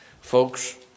Folks